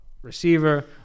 Receiver